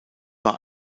war